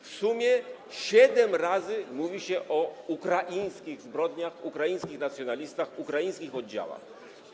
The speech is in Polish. W sumie siedem razy mówi się o ukraińskich zbrodniach, ukraińskich nacjonalistach, ukraińskich oddziałach.